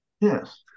Yes